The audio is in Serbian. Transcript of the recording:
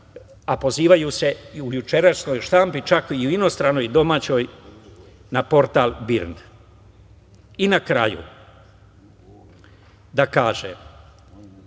a pozivaju se u jučerašnjoj štampi, čak i u inostranoj i domaćoj na portal BIRN.I na kraju da kažem,